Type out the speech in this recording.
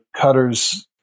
cutters